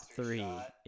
three